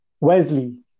Wesley